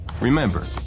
remember